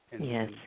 Yes